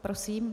Prosím.